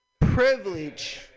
Privilege